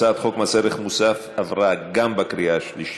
הצעת חוק מס ערך מוסף (תיקון מס' 55) עברה גם בקריאה השלישית.